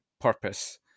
purpose